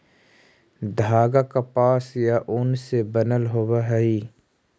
धागा कपास या ऊन से बनल होवऽ हई